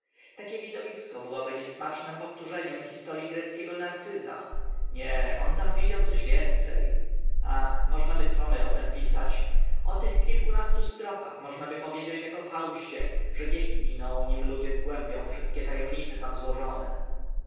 takie widowisko byłoby niesmacznym powtórzeniem historii greckiego narcyza nie on tam widział coś więce ach można by tomy o tym pisać o tych kilkunastu strofach można by powiedzieć ak o fauście że wieki miną nim ludzie zgłębią ta emnice tam złożone